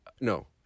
No